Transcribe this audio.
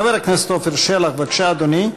חבר הכנסת עפר שלח, בבקשה, אדוני,